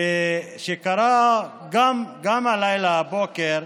שקרה הלילה, הבוקר,